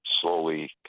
slowly